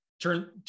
turn